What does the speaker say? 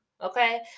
Okay